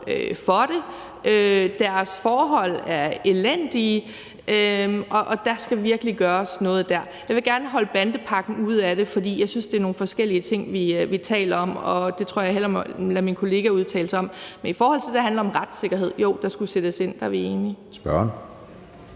for det, deres forhold er elendige, og der skal virkelig gøres noget der. Jeg vil gerne holde bandepakken ude af det, fordi jeg synes, det er nogle forskellige ting, vi taler om, og det tror jeg hellere jeg må lade min kollega udtale sig om. Men i forhold til det, der handler om retssikkerhed, vil jeg sige, at jo, der skulle sættes ind. Der er vi enige. Kl.